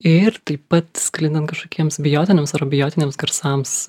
ir taip pat sklindant kažkokiems biotiniams ar abiotiniams garsams